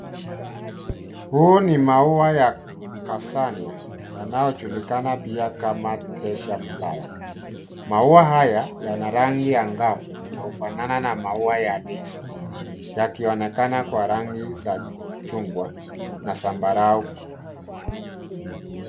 Huu ni maua ya cassagna yanayojulikana pia kama treasure flower . Maua haya yana rangi angavu na hufanana na maua ya daisy yakionekana kwa rangi za chungwa na zambarau.